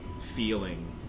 ...feeling